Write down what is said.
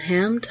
Ham